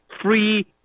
free